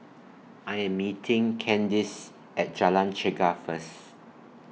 I Am meeting Candis At Jalan Chegar First